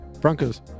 Broncos